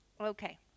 Okay